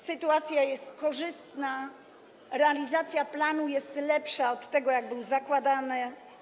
Sytuacja jest korzystna, realizacja planu jest lepsza od tego, co zakładano.